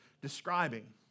describing